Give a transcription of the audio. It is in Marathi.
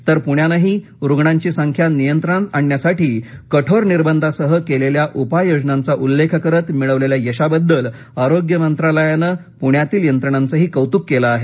तर पुण्यानेही रुग्णांची संख्या नियंत्रणात आणण्यासाठी कठोर निर्बंधांसह केलेल्या उपाययोजनांचा उल्लेख करत मिळवलेल्या यशाबद्दल आरोग्य मंत्रालयाने पुण्यातील यंत्रणांचेही कौतुक केले आहे